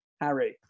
Harry